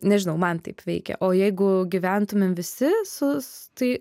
nežinau man taip veikia o jeigu gyventumėm visi sus tai